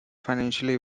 financially